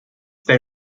they